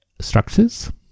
structures